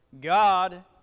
God